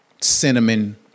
cinnamon